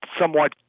somewhat